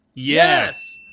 yes!